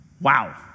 wow